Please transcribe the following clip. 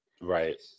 Right